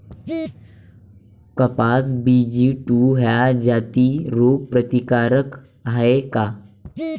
कपास BG two ह्या जाती रोग प्रतिकारक हाये का?